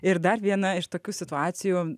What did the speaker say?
ir dar viena iš tokių situacijų